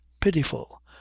pitiful